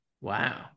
Wow